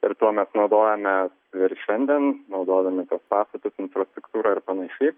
ir tuo mes naudojamės ir šiandien naudodami tuos pastatus infrastruktūrą ir panašiai